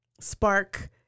spark